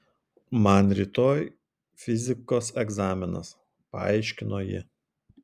man rytoj fizikos egzaminas paaiškino ji